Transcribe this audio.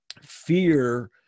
fear